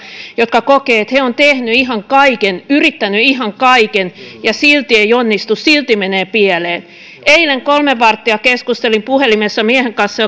joka kokee että he ovat tehneet ihan kaiken yrittäneet ihan kaiken ja silti ei onnistu silti menee pieleen eilen kolme varttia keskustelin puhelimessa miehen kanssa